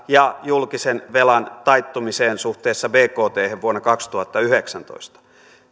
ja julkisen velan taittumiseen suhteessa bkthen vuonna kaksituhattayhdeksäntoista